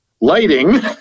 lighting